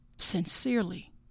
sincerely